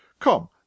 Come